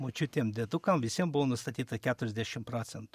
močiutėm diedukam visiem buvo nustatyta keturiasdešim procentų